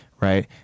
right